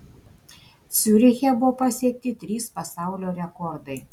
ciuriche buvo pasiekti trys pasaulio rekordai